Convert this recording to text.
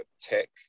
tech